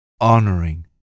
honoring